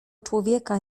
człowieka